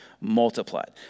multiplied